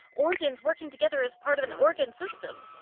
organs working together as part of an organ system.